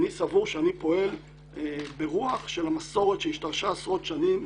אני סבור שאני פועל ברוח של המסורת שהשתרשה עשרות שנים,